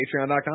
patreon.com